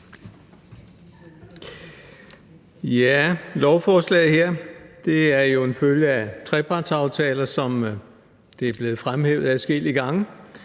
Lovforslaget her er jo en følge af trepartsaftaler, som det er blevet fremhævet adskillige gange.